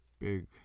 Big